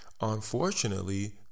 Unfortunately